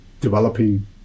developing